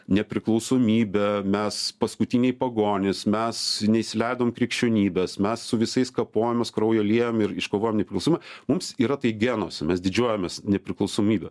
nepriklausomybe mes paskutiniai pagonys mes neįsileidom krikščionybės mes su visais kapojomės kraują liejom ir iškovojom nepriklausomybę mums yra tai genuose mes didžiuojamės nepriklausomybe